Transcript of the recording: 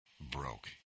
broke